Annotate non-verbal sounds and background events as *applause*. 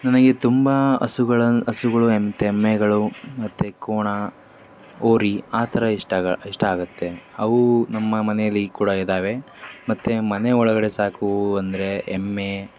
ನನಗೆ ತುಂಬ ಹಸುಗಳ ಹಸುಗಳು *unintelligible* ಎಮ್ಮೆಗಳು ಮತ್ತು ಕೋಣ ಹೋರಿ ಆ ಥರ ಇಷ್ಟ ಇಷ್ಟ ಆಗುತ್ತೆ ಅವು ನಮ್ಮ ಮನೇಲ್ಲಿ ಕೂಡ ಇದ್ದಾವೆ ಮತ್ತು ಮನೆ ಒಳಗಡೆ ಸಾಕುವ ಅಂದರೆ ಎಮ್ಮೆ